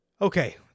Okay